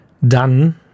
dann